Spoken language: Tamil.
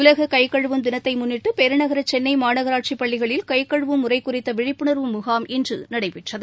உலக கைக்கழுவும் தினத்தை முன்னிட்டு பெருநகர சென்னை மாநகராட்சி பள்ளிகளில் கைக்கழுவும் முறை குறித்த விழிப்புணர்வு முகாம் இன்று நடைபெற்றது